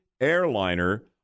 airliner